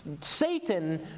Satan